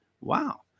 Wow